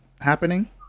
happening